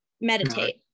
meditate